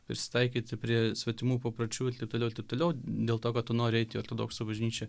prisitaikyti prie svetimų papročių ir taip toliau ir taip toliau dėl to kad tu nori eiti į ortodoksų bažnyčią